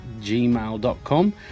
gmail.com